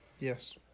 Yes